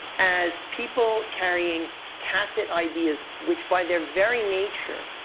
as people carrying tacit ideas which, by their very nature,